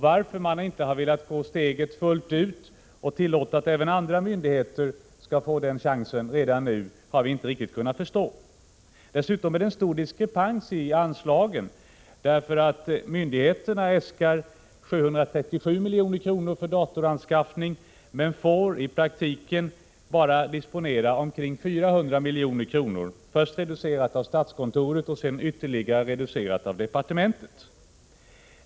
Varför regeringen inte har velat ta steget fullt ut och tillåta att även andra myndigheter skall få den chansen redan nu har vi inte riktigt kunnat förstå. Dessutom är det en stor diskrepans i anslagen. Myndigheterna äskar nämligen 737 milj.kr. för datoranskaffning men får i praktiken disponera bara omkring 400 milj.kr. Beloppet har först reducerats av statskontoret och sedan ytterligare av departementet.